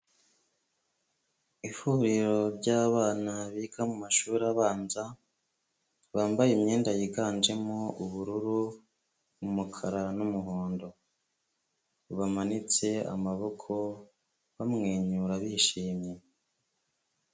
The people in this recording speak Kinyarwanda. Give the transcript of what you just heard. Ihuriro ry'abana biga mu mashuri abanza, bambaye imyenda yiganjemo ubururu, umukara n'umuhondo. Bamanitse amaboko bamwenyura bishimye.